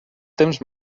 temps